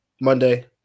Monday